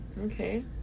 Okay